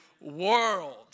world